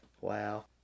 Wow